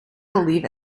believe